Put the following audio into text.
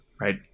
Right